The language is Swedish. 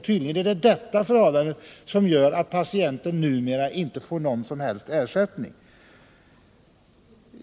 Tydligen är det detta förhållande som gör att en patient som vårdas på sjukhemmet numera inte får någon som helst ersättning för sina kostnader från sjukkassan.